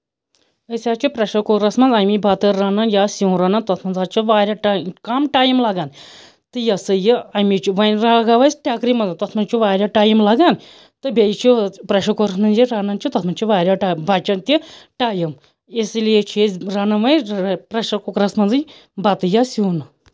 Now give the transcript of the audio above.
أسۍ حظ چھِ پرٛیٚشَر کُکرَس منٛز اَمی بَتہٕ رَنان یا سیُن رَنان تَتھ منٛز حظ چھِ واریاہ کَم ٹایم لَگان تہٕ یہِ ہسا یہِ اَمہِ چھُ وۄنۍ لاگو أسۍ ٹَکرِ منٛز تَتھ منٛزچھُ واریاہ ٹایِم لَگان تہٕ بیٚیہِ چھِ پرٛیٚشَر کُکرَس منٛز یہِ رَنان چھِ تَتھ منٛز چھِ واریاہ ٹایم بَچان تہِ ٹایم اِسی لیے چھِ أسۍ رَنو پرٛیٚشَر کُکرَس منٛزٕے بَتہٕ یا سیُن